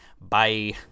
Bye